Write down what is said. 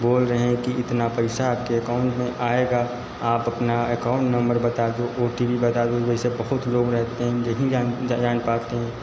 बोल रहे हैं कि इतना पैसा आपके एकाउन्ट में आएगा आप अपना एकाउन्ट नंबर बता दो ओ टी पी बता दो जैसे बहुत लोग रहते हैं नहीं जान जान पाते हैं